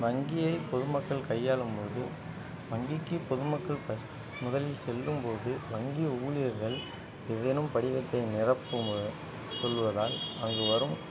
வங்கியை பொதுமக்கள் கையாளும்போது வங்கிக்கு பொதுமக்கள் ஃபர்ஸ்ட் முதலில் செல்லும்போது வாங்கி ஊழியர்கள் ஏதேனும் படிவத்தை நிரப்பும் சொல்வதால் அங்கு வரும்